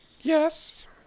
Yes